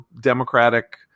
Democratic